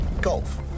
golf